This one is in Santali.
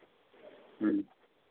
ᱦᱮᱸ